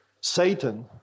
Satan